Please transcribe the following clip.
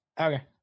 Okay